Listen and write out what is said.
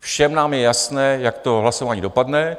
Všem nám je jasné, jak to hlasování dopadne.